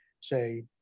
say